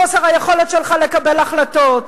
חוסר היכולת שלך לקבל החלטות.